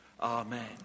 Amen